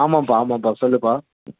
ஆமாம்பா ஆமாம்பா சொல்லுபா